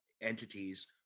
Entities